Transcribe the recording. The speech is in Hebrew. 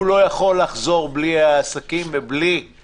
שהוא לא יכול לחזור בלי עסקים לאילת,